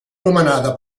nomenada